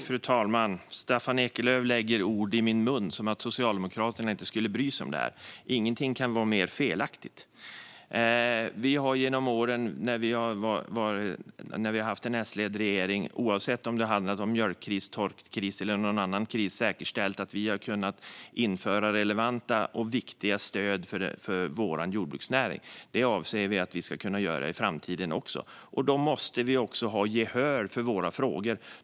Fru talman! Staffan Eklöf lägger ord i min mun, som att Socialdemokraterna inte skulle bry sig om det här. Ingenting kan vara mer felaktigt. Vi har genom åren med en S-ledd regering, oavsett om det har handlat om mjölkkris, torka eller någon annan kris, säkerställt att vi har kunnat införa relevanta och viktiga stöd för vår jordbruksnäring. Det avser vi att kunna göra även i framtiden, och då måste vi också ha gehör för våra frågor.